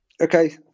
Okay